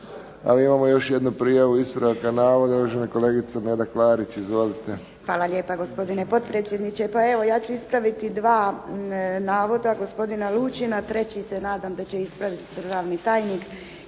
Imamo još jednu prijavu ispravka navoda. Uvažena kolegica Neda Klarić, izvolite. **Klarić, Nedjeljka (HDZ)** Hvala lijepa, gospodine potpredsjedniče. Pa evo ja ću ispraviti dva navoda gospodina Lučina, treći se nadam da će ispraviti državni tajnik.